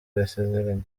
yasezeranye